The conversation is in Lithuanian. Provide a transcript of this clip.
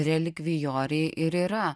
relikvijoriai ir yra